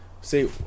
see